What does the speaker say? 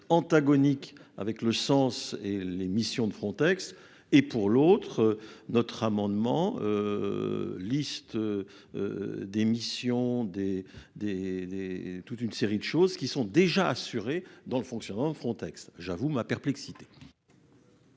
antagonique avec le sens et les missions de Frontex et pour l'autre. Notre amendement. Liste. Des missions des des des, toute une série de choses qui sont déjà assurés dans le fonctionnement Frontex. J'avoue ma perplexité.